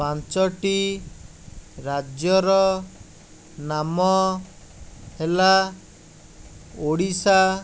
ପାଞ୍ଚୋଟି ରାଜ୍ୟର ନାମ ହେଲା ଓଡ଼ିଶା